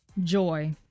Joy